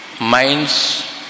mind's